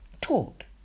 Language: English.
Talk